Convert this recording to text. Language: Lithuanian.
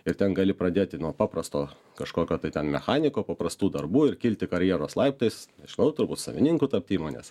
ir ten gali pradėti nuo paprasto kažkokio tai ten mechaniko paprastų darbų ir kilti karjeros laiptais nežinau turbūt savininku tapti įmonės